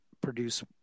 produce